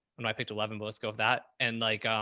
when i picked eleven bullets, go with that. and like,